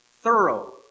thorough